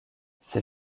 ses